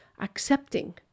accepting